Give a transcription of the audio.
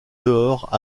dehors